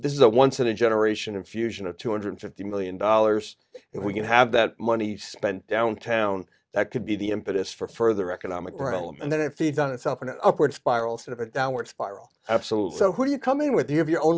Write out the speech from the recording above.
this is a once in a generation infusion of two hundred fifty million dollars if we can have that money spent downtown that could be the impetus for further economic problems and then it feeds on itself in an upward spiral sort of a downward spiral absolutely so when you come in with you have your own